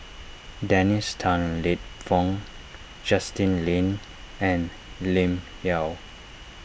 Dennis Tan Lip Fong Justin Lean and Lim Yau